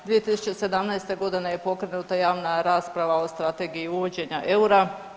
2017. godine je pokrenuta javna rasprava o Strategiji uvođenja eura.